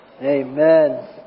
amen